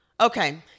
okay